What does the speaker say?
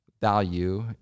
value